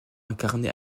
incarné